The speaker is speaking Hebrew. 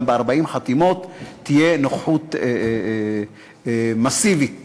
בדיון ב-40 חתימות תהיה נוכחות מסיבית שלנו.